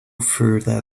further